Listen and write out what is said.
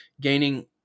gaining